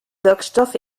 wirkstoff